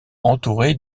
entouré